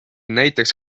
näiteks